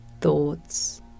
thoughts